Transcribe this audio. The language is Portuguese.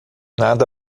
nada